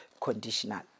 conditional